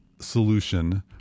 solution